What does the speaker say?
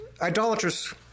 idolatrous